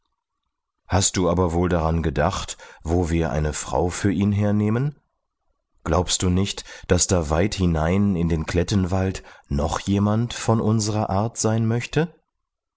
hast du aber wohl daran gedacht wo wir eine frau für ihn hernehmen glaubst du nicht daß da weit hinein in den klettenwald noch jemand von unserer art sein möchte